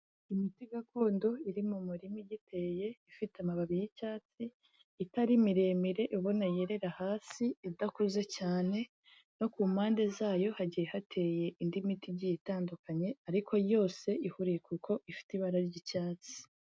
Imiti gakondo iri mu murima igiteye ifite amababi y'icyatsi itari miremire iboneye irera hasi, idakuze cyane no ku mpande za yo hagiye hateye indi miti igiye itandukanye, ariko yose ihureye k'uko ifite ibara ry'icyatsi.